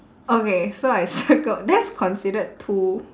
okay so I circled that's considered two